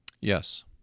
Yes